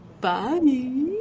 Bye